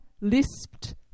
lisped